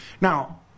Now